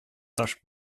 таш